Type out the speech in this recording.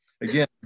again